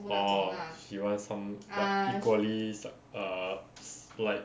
orh she want some like equally suc~ err s~ like